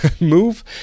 move